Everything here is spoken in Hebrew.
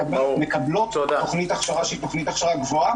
מקבלות תכנית הכשרה שהיא תכנית הכשרה גבוהה.